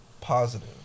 positive